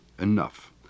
enough